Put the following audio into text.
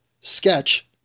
sketch